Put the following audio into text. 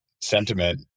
sentiment